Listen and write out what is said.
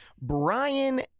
brian